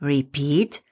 Repeat